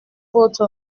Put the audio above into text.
votre